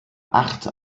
acht